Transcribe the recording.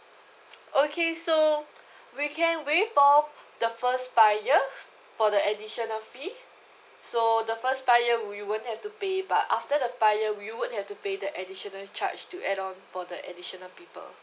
okay so we can waive off the first five year for the additional fee so the first five year you won't have to pay but after the five year we would have to pay the additional charge to add on for the additional people